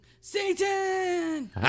Satan